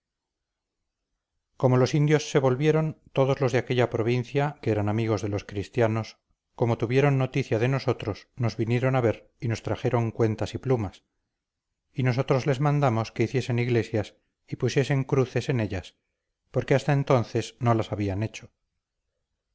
como los indios se volvieron todos los de aquella provincia que eran amigos de los cristianos como tuvieron noticia de nosotros nos vinieron a ver y nos trajeron cuentas y plumas y nosotros les mandamos que hiciesen iglesias y pusiesen cruces en ellas porque hasta entonces no las habían hecho